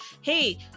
hey